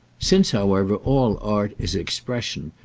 since, however, all art is expression,